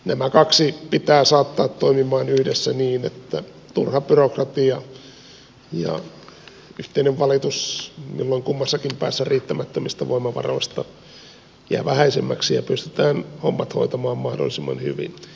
nämä kaksi pitää saattaa toimimaan yhdessä niin että turha byrokratia ja yhteinen valitus milloin kummassakin päässä riittämättömistä voimavaroista jää vähäisemmäksi ja pystytään hommat hoitamaan mahdollisimman hyvin